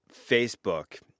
Facebook